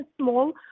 small